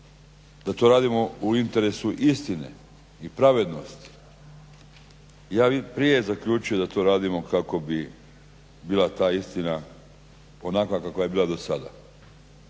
da to radimo u interesu istine i pravednosti. Ja bih prije zaključio da to radimo kako bi bila ta istina onakva kakva je bila dosada.